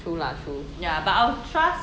true lah true